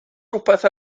rhywbeth